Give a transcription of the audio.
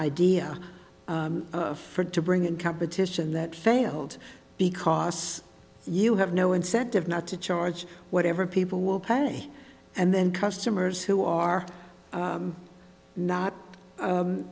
idea for to bring in competition that failed because you have no incentive not to charge whatever people will pay and then customers who are not